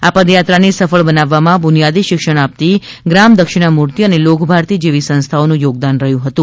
આ પદયાત્રા ને સફળ બનાવવા માં બુનિયાદી શિક્ષણ આપતી ગ્રામ દક્ષિણામૂર્તિ ને લોકભારતી જેવી સંસ્થાઓ નું થોગદાન રહ્યું હતું